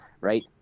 right